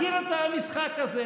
מכיר את המשחק הזה.